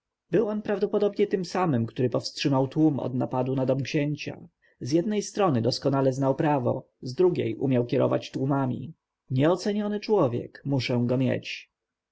on prawdopodobnie tym samym który powstrzymał tłum od napadu na dom księcia z jednej strony doskonale znał prawo z drugiej umiał kierować tłumami nieoceniony człowiek muszę go mieć